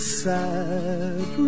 sad